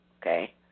Okay